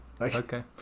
Okay